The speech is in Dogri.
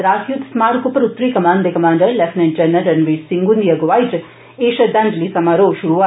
द्रास युद्द स्मारक उप्पर उत्तरी कमान दे commander lieutenant general Ranvir Singh हुंदी अगुआई च एह् श्रद्धांजलि समारोह षुरू होआ